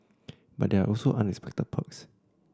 but there are also unexpected perks